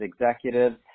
executives